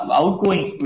outgoing